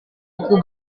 buku